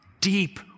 deep